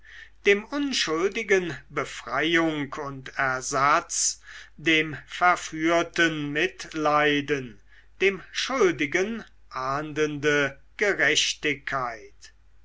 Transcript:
dem unschuldigen befreiung und ersatz dem verführten mitleiden dem schuldigen ahndende gerechtigkeit